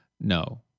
no